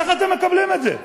איך אתם מקבלים את זה?